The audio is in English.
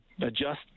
adjust